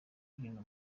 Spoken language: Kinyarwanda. hino